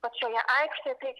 pačioje aikštėj tai